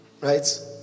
Right